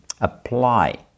apply